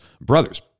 brothers